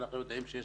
אנחנו יודעים שיש